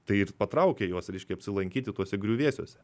tai ir patraukia juos reiškia apsilankyti tuose griuvėsiuose